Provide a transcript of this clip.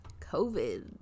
COVID